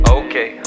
okay